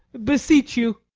beseech you